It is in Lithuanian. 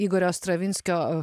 igorio stravinskio